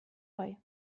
gai